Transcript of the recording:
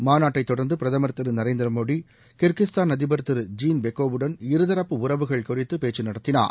மாநாட்டை தொடர்ந்து பிரதமா் திரு நரேந்திர மோடி கிர்கிஸ்தான் அதிபர் திரு ஜீன்பெக்கோவுடன் இருதரப்பு உறவுகள் குறித்து பேச்சு நடத்தினார்